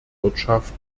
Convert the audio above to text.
wirtschaft